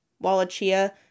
Wallachia